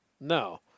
No